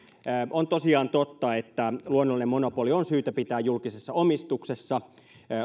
on tosiaan totta että luonnollinen monopoli on syytä pitää julkisessa omistuksessa